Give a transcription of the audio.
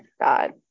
God